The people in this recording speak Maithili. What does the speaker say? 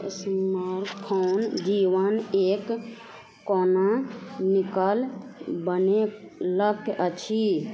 इस्मार्ट फोन जी वन एक कोना निकल बनेलक अछि